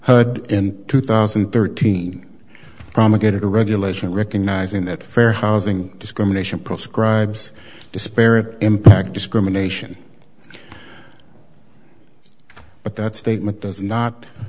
heard in two thousand and thirteen from a good regulation recognizing that fair housing discrimination proscribes disparate impact discrimination but that statement does not